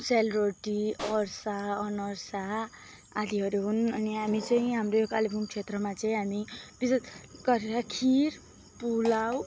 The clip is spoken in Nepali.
सेलरोटी अर्सा अनर्सा आदिहरू हुन् अनि हामी चाहिँ हाम्रो यो कालिम्पोङ क्षेत्रमा चाहिँ हामी विशेष गरेर खिर पुलाउ